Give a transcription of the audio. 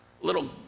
little